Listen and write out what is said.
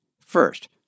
first